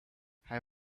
hij